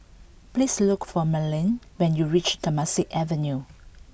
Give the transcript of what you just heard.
please look for Merlene when you reach Temasek Avenue